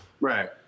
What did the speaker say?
Right